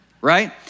right